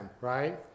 right